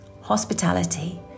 hospitality